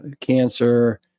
cancer